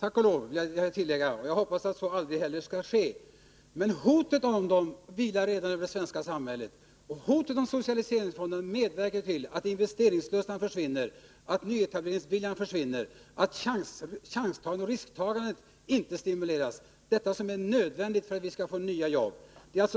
Tack och lov, vill jag tillägga. Och jag hoppas att så heller aldrig skall ske. Men hotet om dem vilar över det svenska samhället. Hotet om socialiseringsfonder medverkar till att investeringslusten försvinner, att nyetableringsviljan försvinner, att chanstagandet och risktagandet — allt detta som är nödvändigt för att vi skall få nya jobb — inte stimuleras.